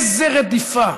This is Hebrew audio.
איזה רדיפה,